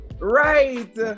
right